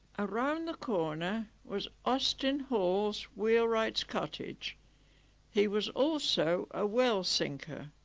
around the corner was austin hall's wheelwright's cottage he was also ah well-sinker